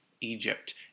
Egypt